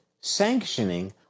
sanctioning